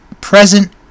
present